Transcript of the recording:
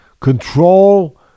control